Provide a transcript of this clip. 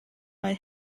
mae